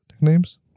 names